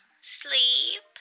sleep